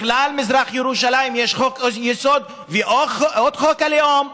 בכלל, מזרח ירושלים, יש חוק-יסוד, ועוד חוק הלאום,